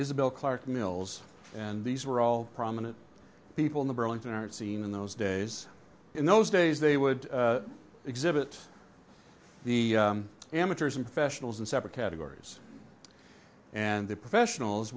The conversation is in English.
isabel clarke mills and these were all prominent people in the burlington art scene in those days in those days they would exhibit the amateurs and professionals in separate categories and the professionals